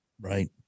right